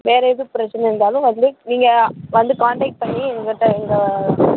வேறு எதுவும் பிரச்சனை இருந்தாலும் வந்து நீங்கள் வந்து காண்டக்ட் பண்ணி என்கிட்ட உங்கள்